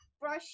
brush